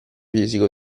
fisico